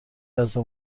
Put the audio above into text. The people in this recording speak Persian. لحظه